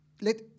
let